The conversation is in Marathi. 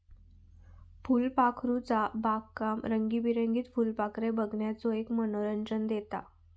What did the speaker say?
फुलपाखरूचा बागकाम रंगीबेरंगीत फुलपाखरे बघण्याचो एक मनोरंजन देता